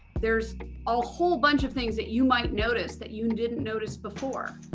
there's all whole bunch of things that you might notice that you didn't notice before.